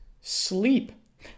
sleep